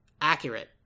Accurate